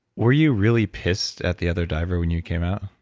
were you really pissed at the other diver when you came out?